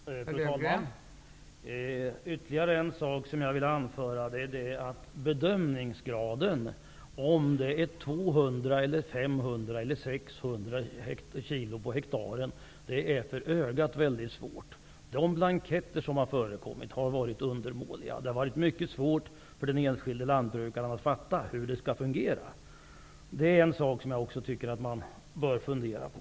Fru talman! Ytterligare en sak som jag vill anföra är att bedömningsgraden, om det är 200, 500 eller 600 kilo per hektar, är mycket svår för ögat. De blanketter som har förekommit har varit undermåliga. Det har varit mycket svårt för den enskilde lantbrukaren att fatta hur det skall fungera. Det är också en sak som man bör fundera på.